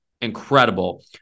incredible